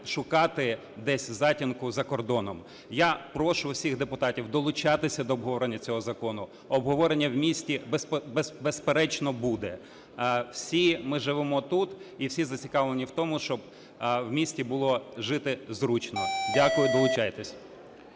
шукати десь затінку за кордоном. Я прошу всіх депутатів долучатися до обговорення цього закону. Обговорення в місті, безперечно, буде. Всі ми живемо тут і всі зацікавлені в тому, щоб в місті було жити зручно. Дякую. Долучайтесь.